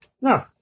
no